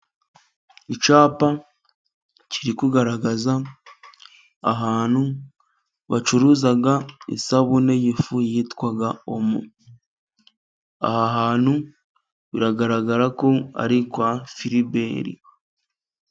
Icyapa kiri kugaragaza ahantu bacuruza isabune y'ifu yitwa Omo. Aha hantu biragaragara ko ari kwa Firiberi.